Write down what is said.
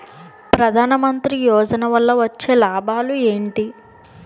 ప్రధాన మంత్రి యోజన వల్ల వచ్చే లాభాలు ఎంటి?